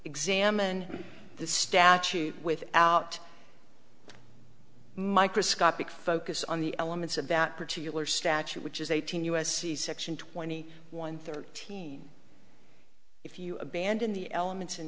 examined the statute without microscopic focus on the elements of that particular statute which is eighteen u s c section twenty one thirteen if you abandon the elements